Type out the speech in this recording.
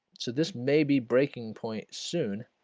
so this may be breaking point soon,